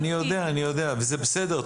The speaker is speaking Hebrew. אני יודע וזה בסדר.